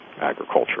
agriculture